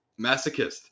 Masochist